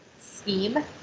Scheme